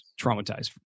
traumatized